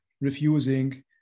refusing